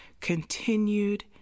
continued